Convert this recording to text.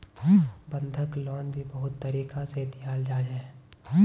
बंधक लोन भी बहुत तरीका से दियाल जा छे